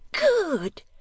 good